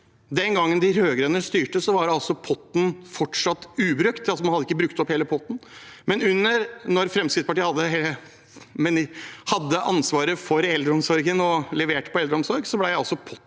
Den gangen de rødgrønne styrte, var altså potten fortsatt ubrukt – man hadde ikke brukt opp hele potten – men da Fremskrittspartiet hadde ansvaret for eldreomsorgen og leverte på eldreomsorg, ble potten